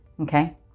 Okay